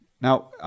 Now